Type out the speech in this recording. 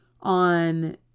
on